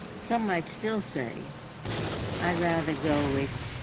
some might still say i'd rather go with,